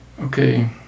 okay